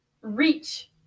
reach